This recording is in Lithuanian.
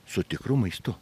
su tikru maistu